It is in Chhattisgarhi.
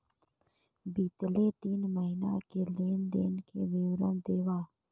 बितले तीन महीना के लेन देन के विवरण देवा?